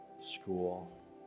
school